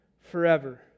forever